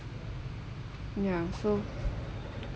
ya so